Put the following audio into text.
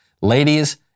Ladies